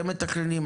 הם מתכננים,